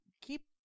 keep